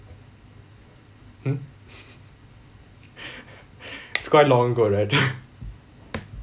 hmm it's quite long ago right